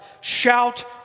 shout